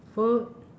work